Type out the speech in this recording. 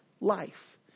life